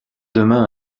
demain